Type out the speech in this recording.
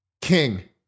King